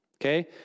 Okay